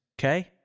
Okay